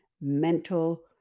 mental